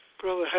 Brother